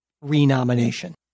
renomination